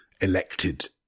elected